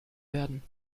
werden